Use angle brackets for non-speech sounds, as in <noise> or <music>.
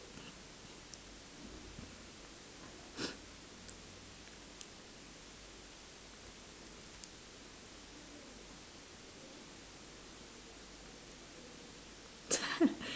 <laughs>